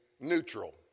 neutral